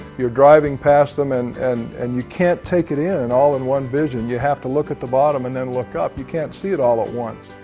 you're driving past them and and and you can't take it in and all in one vision you have to look at the bottom and then look up. you can't see it all at once